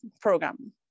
program